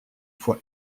fois